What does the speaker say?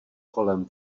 kolem